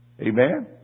Amen